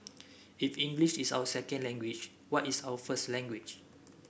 if English is our second language what is our first language